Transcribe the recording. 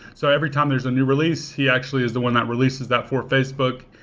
so every time there's a new release, he actually is the one that releases that for facebook.